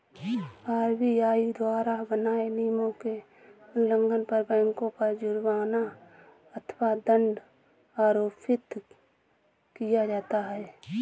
RBI द्वारा बनाए नियमों के उल्लंघन पर बैंकों पर जुर्माना अथवा दंड आरोपित किया जाता है